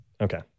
Okay